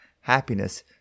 happiness